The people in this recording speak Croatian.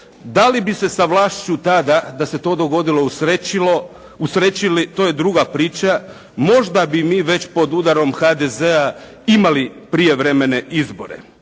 Da li bi se sa vlašću tada da se to dogodilo usrećili, to je druga priča. Možda bi mi već pod udarom HDZ-a imali prijevremene izbore.